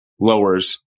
lowers